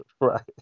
Right